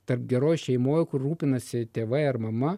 tarp geroj šeimoje kur rūpinasi tėvai ar mama